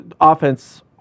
offense